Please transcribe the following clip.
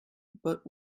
but